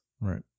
right